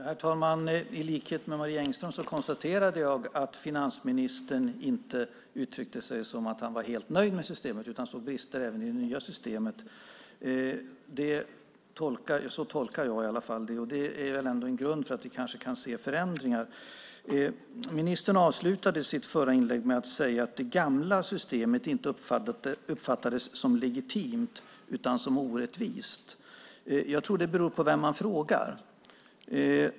Herr talman! I likhet med Marie Engström konstaterade jag att finansministern inte uttryckte att han var helt nöjd med systemet utan såg brister även i det nya systemet. Så tolkar i varje fall jag det. Det är ändå en grund för att vi kanske kan se förändringar. Ministern avslutade sitt förra inlägg med att säga att det gamla systemet inte uppfattades som legitimt utan som orättvist. Jag tror att det beror på vem man frågar.